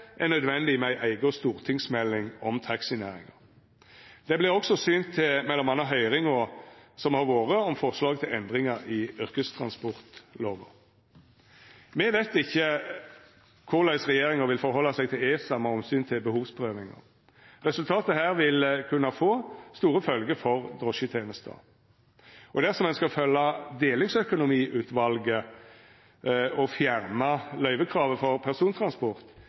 er nødvendig med ei eiga stortingsmelding om taxinæringa. Det vert også synt til m.a. høyringa som har vore om forslag til endringar i yrkestransportlova. Me veit ikkje korleis regjeringa vil stilla seg til ESA med omsyn til behovsprøvinga. Resultatet her vil kunna få store følgjer for drosjetenesta. Og dersom ein skal følgja Delingsøkonomiutvalet og fjerna løyvekravet for persontransport,